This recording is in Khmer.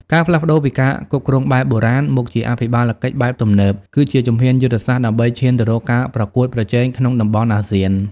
ការផ្លាស់ប្តូរពីការគ្រប់គ្រងបែបបុរាណ មកជាអភិបាលកិច្ចបែបទំនើប គឺជាជំហានយុទ្ធសាស្ត្រដើម្បីឈានទៅរកការប្រកួតប្រជែងក្នុងតំបន់អាស៊ាន។